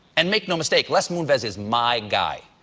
and make no mistake, les moonves is my guy.